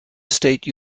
state